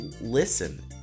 listen